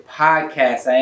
podcast